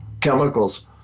chemicals